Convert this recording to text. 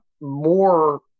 more